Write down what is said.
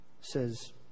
says